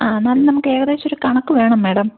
ആ എന്നാലും നമുക്ക് ഏകദേശം ഒരു കണക്ക് വേണം മാഡം